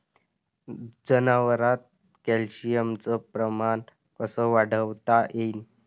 जनावरात कॅल्शियमचं प्रमान कस वाढवता येईन?